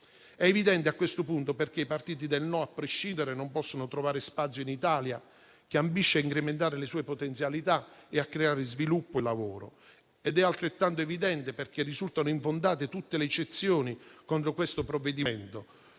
È evidente a questo punto perché i partiti del "no a prescindere" non possano trovare spazio in Italia, che ambisce a incrementare le sue potenzialità e a creare sviluppo e lavoro. È altrettanto evidente perché risultino infondate tutte le eccezioni contro questo provvedimento,